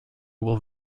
will